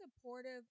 supportive